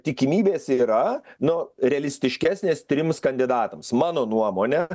tikimybės yra nu realistiškesnės trims kandidatams mano nuomone